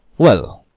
well,